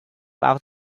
out